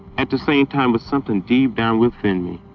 at the same time was something deep down within me,